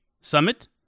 Summit